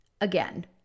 again